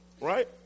right